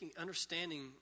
Understanding